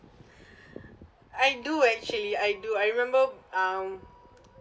I do actually I do I remember um